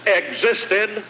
existed